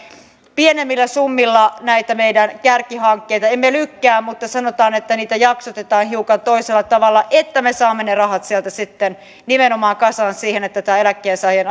pienemmillä summilla näitä meidän tiettyjä kärkihankkeitamme tai emme lykkää mutta sanotaan että niitä jaksotetaan hiukan toisella tavalla että me saamme ne rahat sieltä sitten kasaan nimenomaan siihen että tämä eläkkeensaajien